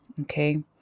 okay